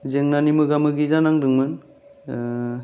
जेंनानि मोगा मोगि जानांदोंमोन